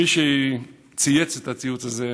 מי שצייץ את הציוץ הזה: